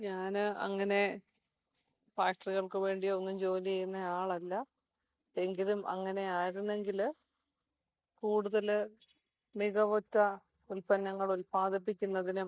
ഞാൻ അങ്ങനെ ഫാക്ടറികൾക്കു വേണ്ടിയൊന്നും ജോലി ചെയ്യുന്ന ആളല്ല എങ്കിലും അങ്ങനെ ആയിരുന്നെങ്കിൽ കൂടുതൽ മികവുറ്റ ഉൽപ്പന്നങ്ങൾ ഉൽപ്പാദിപ്പിക്കുന്നതിനും